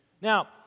Now